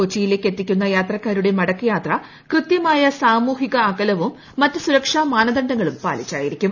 കൊച്ചിയിലേക്ക് എത്തിക്കുന്ന യാത്രക്കാരുടെ മടക്കയാത്ര ്കൃത്യമായ സാമൂഹിക അകലവും മറ്റ് സുരക്ഷാ മാനദണ്ഡങ്ങളും പാലിച്ചായിരിക്കും